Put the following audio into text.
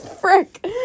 Frick